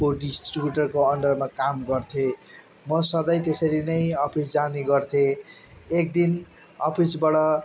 को डिस्ट्रिब्युटरको अन्डरमा काम गर्थेँ म सधैँ त्यसरी नै अफिस जाने गर्थेँ एक दिन अफिसबाट